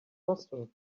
mustard